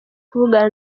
kuvugana